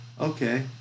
okay